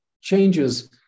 changes